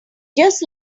just